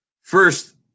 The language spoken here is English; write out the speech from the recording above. first